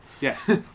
Yes